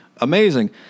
Amazing